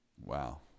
Wow